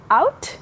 out